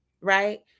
right